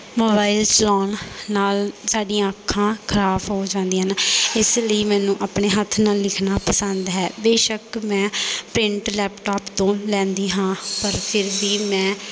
mobile ਚਲਾਉਣ ਨਾਲ ਸਾਡੀਆਂ ਅੱਖਾਂ ਖਰਾਬ ਹੋ ਜਾਂਦੀਆਂ ਹਨ ਇਸ ਲਈ ਮੈਨੂੰ ਆਪਣੇ ਹੱਥ ਨਾਲ ਲਿਖਣਾ ਪਸੰਦ ਹੈ ਬੇਸ਼ੱਕ ਮੈਂ ਪ੍ਰਿੰਟ ਲੈਪਟੋਪ ਤੋਂ ਲੈਂਦੀ ਹਾਂ ਪਰ ਫਿਰ ਵੀ ਮੈਂ